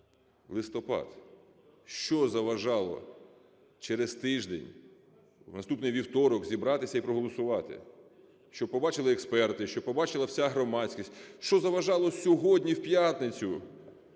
листопад. Що заважало через тиждень, в наступний вівторок зібратися і проголосувати, щоб побачили експерти, щоб побачила вся громадськість? Що заважало сьогодні, в п'ятницю,